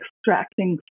Extracting